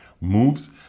moves